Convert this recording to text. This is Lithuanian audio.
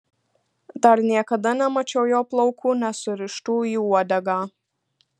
dar niekada nemačiau jo plaukų nesurištų į uodegą